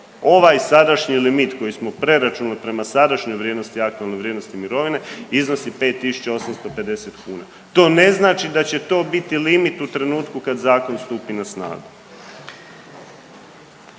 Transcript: ovaj sadašnji limit koji smo preračunali prema sadašnjoj vrijednosti aktualne vrijednosti mirovine iznosi 5.850 kuna. To ne znači da će to biti limit u trenutku kad zakon stupi na snagu.